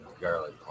Garlic